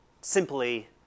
simply